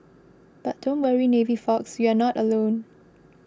but don't worry navy folks you're not alone